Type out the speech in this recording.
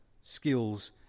skills